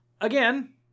again